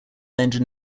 engine